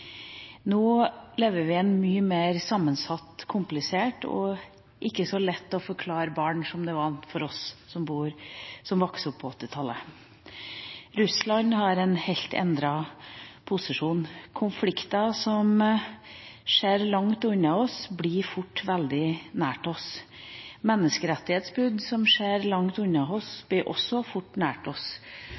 Nå lever vi i en mye mer sammensatt og komplisert verden, som ikke er like lett å forklare til barn som det var til oss som vokste opp på åttitallet. Russland har en helt endret posisjon. Konflikter som skjer langt unna oss, blir fort veldig nær oss. Menneskerettighetsbrudd som skjer langt unna oss, blir også fort nær oss.